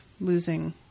losing